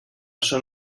són